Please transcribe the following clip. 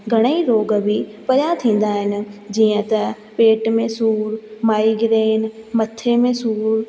घणे ई रोॻ बि परियां थींदा आहिनि जीअं त पेट में सूर माइग्रेन मथे में सूर